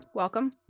Welcome